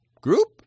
group